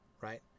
right